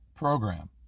program